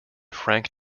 frank